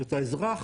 את האזרח